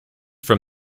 from